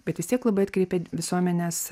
bet vis tiek labai atkreipia visuomenės